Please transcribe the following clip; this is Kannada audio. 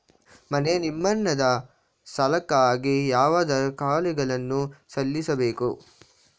ಮನೆ ನಿರ್ಮಾಣದ ಸಾಲಕ್ಕಾಗಿ ಯಾವ ದಾಖಲೆಗಳನ್ನು ಸಲ್ಲಿಸಬೇಕು?